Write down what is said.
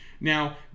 Now